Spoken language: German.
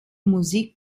musik